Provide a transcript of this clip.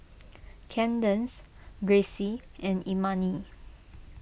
Cadence Gracie and Imani